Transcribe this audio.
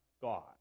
God